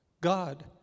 God